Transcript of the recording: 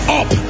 up